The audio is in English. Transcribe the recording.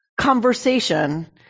conversation